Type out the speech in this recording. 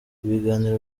ibiganiro